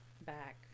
back